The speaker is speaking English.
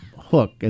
hook